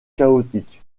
chaotique